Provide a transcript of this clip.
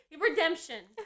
Redemption